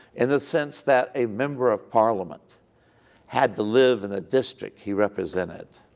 in the sense that a member of parliament had to live in the district he represented.